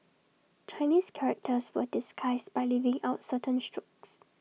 Chinese characters were disguised by leaving out certain strokes